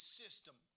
system